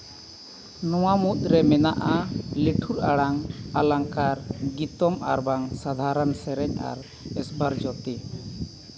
ᱱᱚᱣᱟ ᱢᱩᱫᱽᱨᱮ ᱢᱮᱱᱟᱜᱼᱟ ᱞᱤᱴᱷᱩᱨ ᱟᱲᱟᱝ ᱚᱞᱚᱝᱠᱟᱨ ᱜᱤᱛᱚᱢ ᱟᱨ ᱵᱟᱝ ᱥᱟᱫᱷᱟᱨᱚᱱ ᱥᱮᱨᱮᱧ ᱟᱨ ᱥᱵᱟᱨᱡᱳᱛᱤ